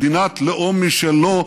מדינת לאום משלו כאן,